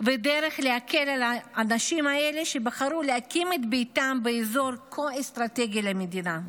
ודרך להקל על האנשים האלה שבחרו להקים את ביתם באזור כה אסטרטגי למדינה.